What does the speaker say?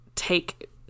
Take